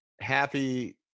Happy